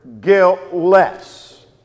Guiltless